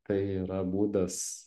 tai yra būdas